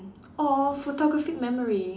or photographic memory